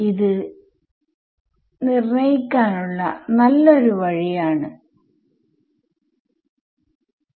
ഇത് നിർണ്ണായിക്കാനുള്ള നല്ല ഒരു വഴി ആണ്